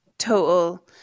Total